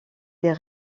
des